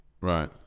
right